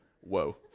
whoa